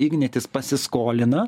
ignitis pasiskolina